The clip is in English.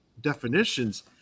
definitions